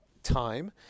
time